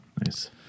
Nice